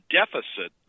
deficit